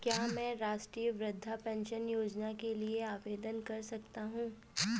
क्या मैं राष्ट्रीय वृद्धावस्था पेंशन योजना के लिए आवेदन कर सकता हूँ?